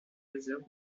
réserve